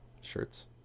shirts